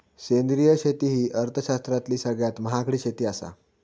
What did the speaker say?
सेंद्रिय शेती ही अर्थशास्त्रातली सगळ्यात महागडी शेती आसा